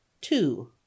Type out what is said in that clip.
Two